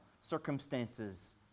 circumstances